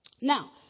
Now